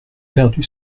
perdu